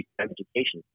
education